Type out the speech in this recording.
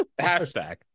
Hashtag